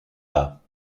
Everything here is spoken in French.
bas